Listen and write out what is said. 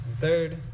Third